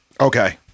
Okay